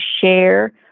share